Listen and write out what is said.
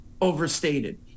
overstated